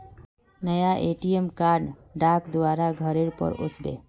नया ATM card डाक द्वारा घरेर पर ओस बे